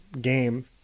game